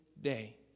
day